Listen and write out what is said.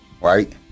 right